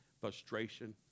frustration